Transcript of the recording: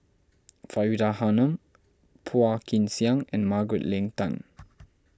Faridah Hanum Phua Kin Siang and Margaret Leng Tan